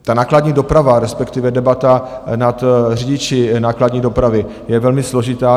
Ta nákladní doprava, respektive debata nad řidiči nákladní dopravy je velmi složitá.